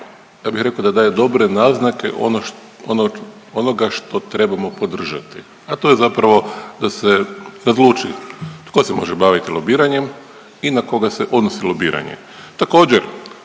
ja bih rekao da daje dobre naznake onoga što trebamo podržati, a to je zapravo da se razluči tko se može baviti lobiranjem i na koga se odnosi lobiranje.